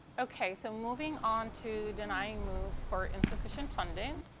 okay. so moving on to denying moves for insufficient funding.